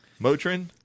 Motrin